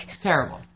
terrible